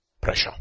Pressure